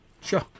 Sure